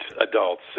adults